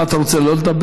מה אתה רוצה, לא לדבר?